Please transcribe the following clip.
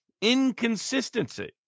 inconsistency